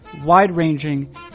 wide-ranging